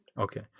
Okay